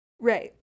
right